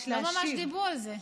אבל הם לא דיברו על זה.